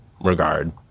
regard